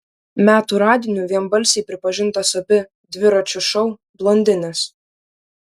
metų radiniu vienbalsiai pripažintos abi dviračio šou blondinės